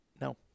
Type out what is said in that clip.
No